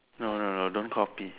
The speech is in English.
no no no don't copy